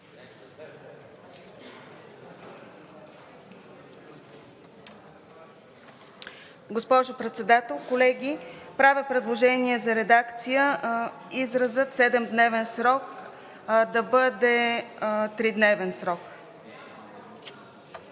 Госпожо Председател, колеги! Правя предложение за редакция – изразът „7-дневен срок“ да бъде „3-дневен срок“